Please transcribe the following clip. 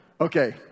Okay